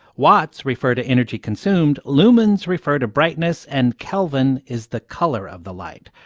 watts refer to energy consumed. lumens refer to brightness. and kelvin is the color of the light.